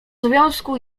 związku